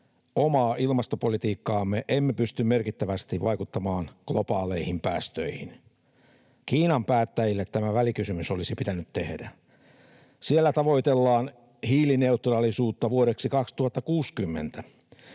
omaa ilmastopolitiikkaa me emme pysty merkittävästi vaikuttamaan globaaleihin päästöihin. Kiinan päättäjille tämä välikysymys olisi pitänyt tehdä. Siellä tavoitellaan hiilineutraalisuutta vuodeksi 2060,